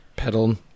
Pedal